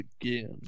again